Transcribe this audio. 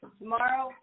tomorrow